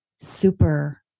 super